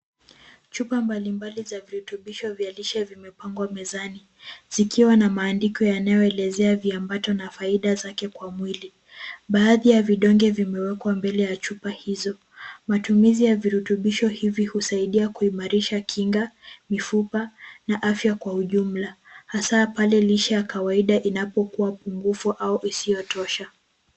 Chupa mbalimbali za Virutubisho vya lishe vimepangwa mezani zikiwa na maandiko yanayoelezea viambato na faida zake kwa mwili. Baadhi ya vidonge vimewekwa mbele ya chupa hizo. Matumizi ya virutubisho hivi husaidia kuimarisha kinga, mifupa na afya kwa ujumla. Hasa pale lishe ya kawaida inapokua pungufu au isiyotosha.